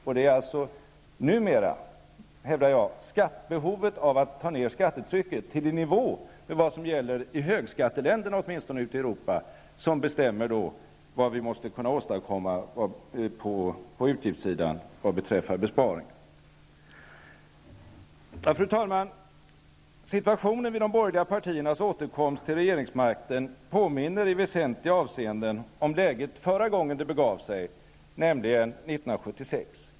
Och det är numera, hävdar jag, behovet av att få ned skattetrycket till den nivå som gäller i högskatteländerna åtminstone ute i Europa som bestämmer vad vi måste kunna åstadkomma på utgiftssidan vad beträffar besparingar. Fru talman! Situationen vid de borgerliga partiernas återkomst till regeringsmakten påminner i väsentliga avseenden om läget förra gången det begav sig, nämligen 1976.